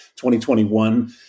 2021